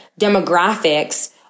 demographics